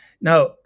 Now